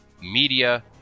media